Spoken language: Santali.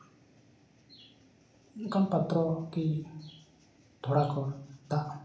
ᱚᱱᱠᱟᱱ ᱯᱟᱛᱨᱚ ᱠᱤ ᱛᱷᱚᱲᱟ ᱠᱚ ᱫᱟᱜ